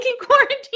quarantine